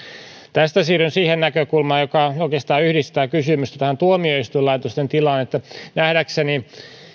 tästä siirryn siihen näkökulmaan joka oikeastaan yhdistää kysymystä tähän tuomioistuinlaitosten tilaan että nähdäkseni